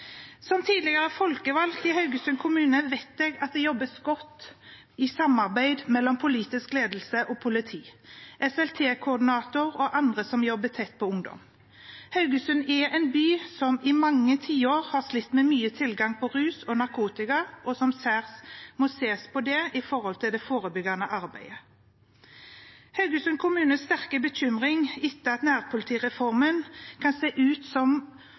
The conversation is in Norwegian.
Som tidligere folkevalgt i Haugesund kommune vet jeg at det jobbes godt i samarbeid mellom politisk ledelse og politi, SLT-koordinator og andre som jobber tett på ungdom. Haugesund er en by som i mange tiår har slitt med mye tilgang på rus og narkotika, og som særlig må ses på i forhold til det forebyggende arbeidet. Haugesund kommune har en sterk bekymring etter at nærpolitireformen kan se ut